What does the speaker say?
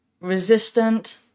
resistant